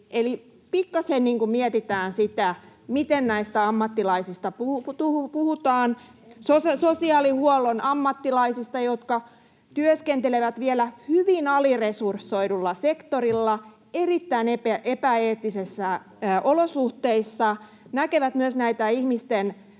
pikkasen sitä, miten näistä ammattilaisista puhutaan — sosiaalihuollon ammattilaisista, jotka työskentelevät vielä hyvin aliresursoidulla sektorilla erittäin epäeettisissä olosuhteissa, näkevät myös ihmisten